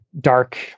dark